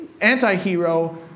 anti-hero